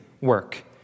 work